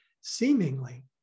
seemingly